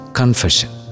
confession